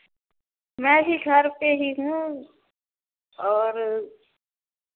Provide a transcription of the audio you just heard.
मैं भी घर पर ही हूँ और